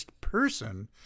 person